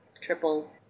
triple